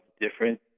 different